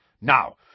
Now